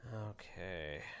okay